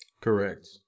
Correct